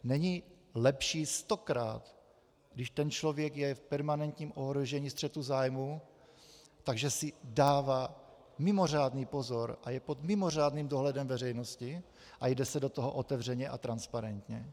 Není stokrát lepší, když ten člověk je v permanentním ohrožení střetu zájmů, takže si dává mimořádný pozor a je pod mimořádným dohledem veřejnosti a jde se do toho otevřeně a transparentně?